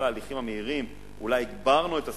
ההליכים המהירים אולי הגברנו את הסיכון,